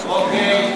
אוקיי.